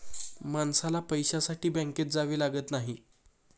माणसाला पैशासाठी बँकेत जावे लागत नाही